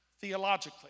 theologically